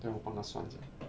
then 我帮他算一下